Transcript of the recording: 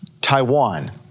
Taiwan